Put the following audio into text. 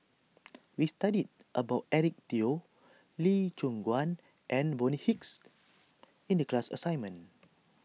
we studied about Eric Teo Lee Choon Guan and Bonny Hicks in the class assignment